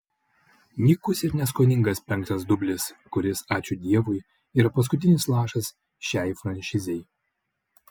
nykus ir neskoningas penktas dublis kuris ačiū dievui yra paskutinis lašas šiai franšizei